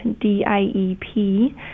D-I-E-P